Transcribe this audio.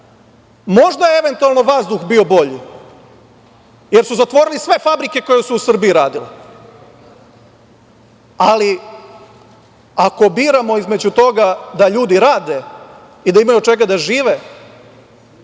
raj. Možda je, eventualno, vazduh bio bolji, jer su zatvorili sve fabrike koje su u Srbiji radile, ali ako biramo između toga da ljudi rade i da imaju od čega da žive